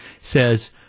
says